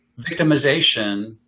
victimization